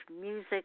music